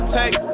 take